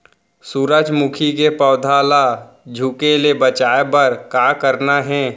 सूरजमुखी के पौधा ला झुके ले बचाए बर का करना हे?